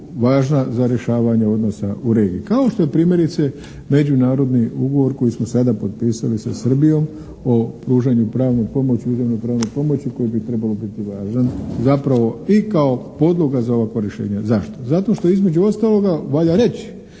za rješavanje odnosa u regiji kao što je primjerice međunarodni ugovor koji smo sada potpisali sa Srbijom o pružanju pravne pomoći, o uzajamnoj pravnoj pomoći koji bi trebao biti važan zapravo i kao podloga za ovakva rješenja. Zašto? Zato što između ostaloga valja reći